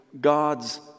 God's